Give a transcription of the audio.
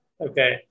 okay